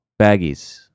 baggies